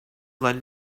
lend